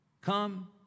Come